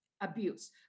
abuse